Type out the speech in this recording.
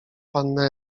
panny